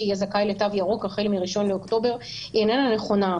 יהיה זכאי לתו ירוק החל מ-1 מאוקטובר היא איננה נכונה.